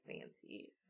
fancy